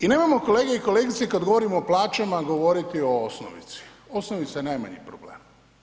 I nemojmo kolege i kolegice, kad govorimo o plaćama govoriti o osnovici, osnovica je najmanji problem.